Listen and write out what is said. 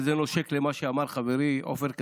וזה נושק למה שאמר חברי עופר כסיף,